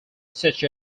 such